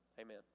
Amen